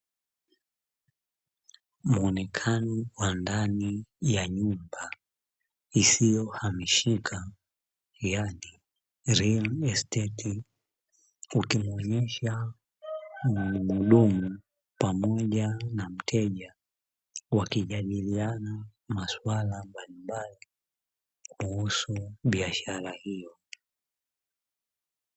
Muonekano wa ndani ya nyumba isiyohamishika yaani "Real estate. Ukimwonyesha muhudumu pamoja na mteja wakijadiliana maswala mbalimbali kuhusu biashara hiyo.